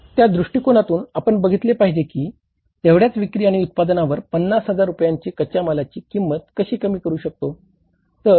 त्या दृष्टीकोनातून आपण बघितले पाहिजे की तेवढ्याच विक्री आणि उत्पादनावर 50 हजार रुपयांनी कच्च्या मालाची किंमत कशी कमी करू शकतो